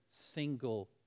single